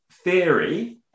theory